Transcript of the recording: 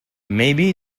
maybe